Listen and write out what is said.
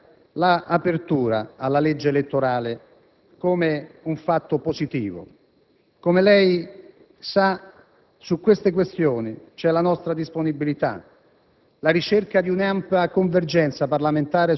Non possiamo non considerare l'apertura alla legge elettorale come un fatto positivo. Come lei sa, su tali questioni c'è la nostra disponibilità.